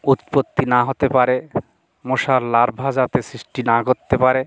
উৎপত্তি না হতে পারে মশার লার্ভা যাতে সৃষ্টি না করতে পারে